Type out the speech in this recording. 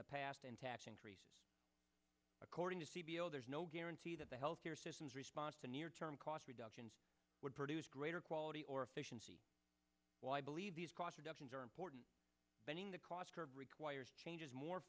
the past in tax increases according to see below there's no guarantee that the health care systems response to near term cost reductions would produce greater quality or efficiency why i believe these cost reductions are important bending the cost curve requires changes more